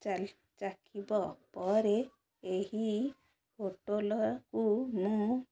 ଚା ଚାକିବା ପରେ ଏହି ହୋଟଲକୁ ମୁଁ